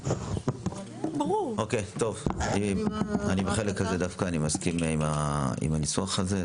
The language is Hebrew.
אני מסכים עם הניסוח הזה,